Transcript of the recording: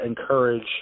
encourage